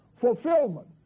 fulfillment